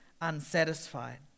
unsatisfied